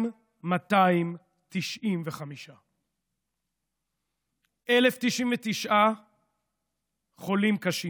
2,295. 1,099 חולים קשים.